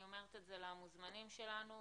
אני אומרת את זה למוזמנים שלנו,